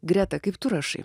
greta kaip tu rašai